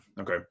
Okay